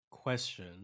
question